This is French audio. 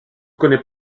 connaît